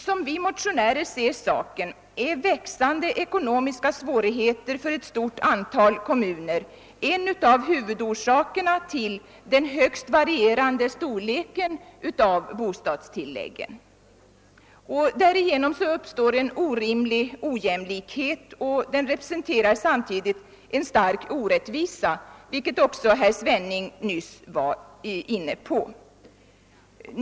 Som vi motionärer ser saken är växande ekonomiska svårigheter för ett stort antal kommuner en av huvudorsakerna till den högst varierande storleken av bostadstilläggen. Därigenom uppstår en orimlig ojämlikhet som samtidigt representerar en stor orättvisa, vilket också herr Svenning nyss berörde.